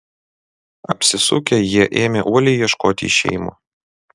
apsisukę jie ėmė uoliai ieškoti išėjimo